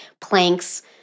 planks